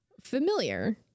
familiar